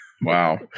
Wow